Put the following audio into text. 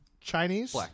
Chinese